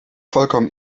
vollkommen